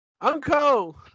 Uncle